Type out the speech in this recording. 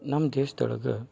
ನಮ್ಮ ದೇಶದೊಳಗ